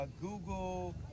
Google